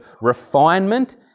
refinement